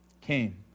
came